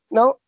Now